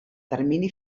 termini